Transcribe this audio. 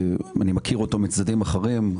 אני מכיר אותו מצדדים אחרים,